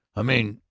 i mean,